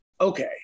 Okay